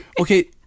Okay